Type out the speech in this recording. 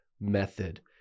method